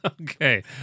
Okay